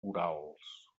orals